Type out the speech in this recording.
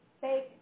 fake